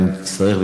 אם נצטרך.